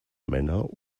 männer